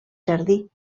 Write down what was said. jardí